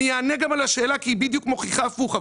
אני אענה גם על השאלה, כי היא בדיוק מוכיחה הפוך.